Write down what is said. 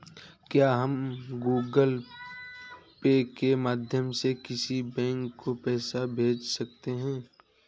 क्या हम Google Pay के माध्यम से किसी बैंक को पैसे भेज सकते हैं?